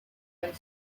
and